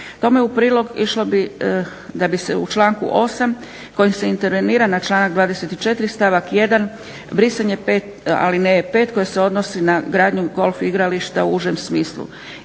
Tome u prilog išlo bi da bi se u članku 8. kojim se intervenira na članak 24. stavak 1. brisanje alineje 5. koja se odnosi na gradnju golf igrališta u užem smislu.